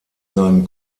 seinen